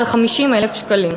על 50,000 שקלים.